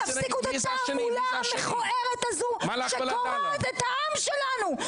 תפסיקו את התעמולה המכוערת הזו שקורעת את העם שלנו.